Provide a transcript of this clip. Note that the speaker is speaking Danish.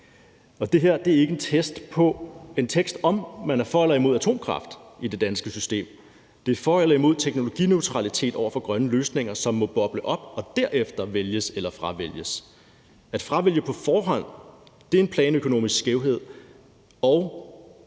Det her er ikke en tekst om, om man er for eller imod atomkraft i det danske system, det er for eller imod teknologineutralitet over for grønne løsninger, som må boble op og derefter tilvælges eller fravælges. Men at fravælge på forhånd er en planøkonomisk skævhed,